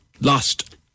lost